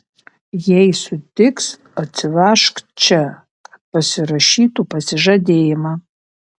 jei sutiks atsivežk čia kad pasirašytų pasižadėjimą